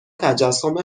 تجسم